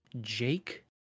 Jake